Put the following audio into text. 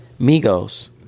Migos